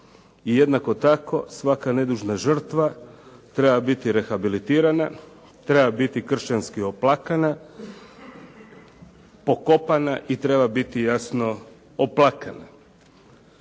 jednako tako svaka nedužna žrtva treba biti rehabilitirana, treba biti kršćanski oplakana, pokopana i treba biti jasno oplakana.